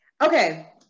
okay